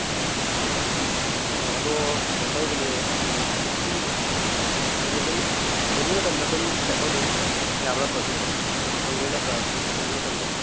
ꯑꯣ ꯑꯗꯣ ꯀꯩꯅꯣ ꯇꯧꯕꯅꯦ ꯍꯥꯏꯗꯤ ꯍꯥꯏꯗꯤ ꯑꯗꯨꯝ ꯑꯦꯅꯤ ꯃꯇꯝꯗ ꯑꯗꯨꯝ ꯀꯩꯅꯣ ꯇꯧꯗꯣꯏ ꯌꯥꯕ ꯅꯠꯇ꯭ꯔꯣ ꯁꯤꯕꯣ ꯍꯥꯏꯗꯤ ꯑꯗꯨꯝ ꯐꯪꯗꯣꯏ ꯅꯠꯇ꯭ꯔꯥꯕ ꯑꯦꯅꯤ ꯃꯇꯝꯗ